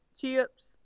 chips